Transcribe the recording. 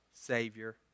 Savior